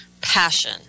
passion